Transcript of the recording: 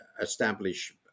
establish